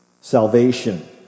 Salvation